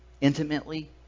intimately